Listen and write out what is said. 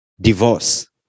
divorce